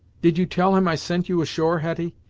did you tell him i sent you ashore, hetty,